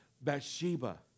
Bathsheba